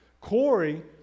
Corey